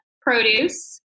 produce